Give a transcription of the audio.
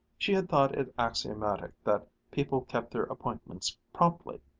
she had thought it axiomatic that people kept their appointments promptly.